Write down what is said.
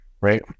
right